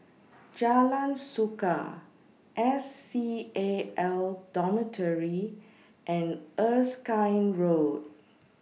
Jalan Suka S C A L Dormitory and Erskine Road